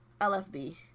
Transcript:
lfb